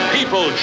People